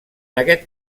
aquest